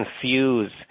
confuse